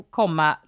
komma